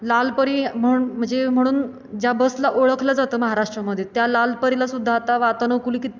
लालपरी म्हण म्हणजे म्हणून ज्या बसला ओळखलं जातं महाराष्ट्रामध्ये त्या लालपरीलासुद्धा आता वातानुकुली कित